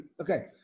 Okay